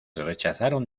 rechazaron